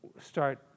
start